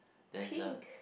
there's a